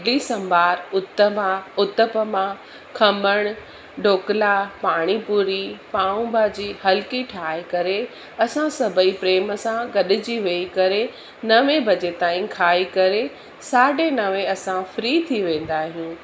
इडली सांभर उतमा उत्तपम खमण ढोकला पाणी पुरी पाव भाजी हल्की ठाहे करे असां सभई प्रेम सां गॾिजी वेही करे नवें बजे ताईं खाई करे साढे नवे असां फ्री थी वेंदा आहियूं